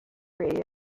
radio